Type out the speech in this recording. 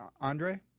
Andre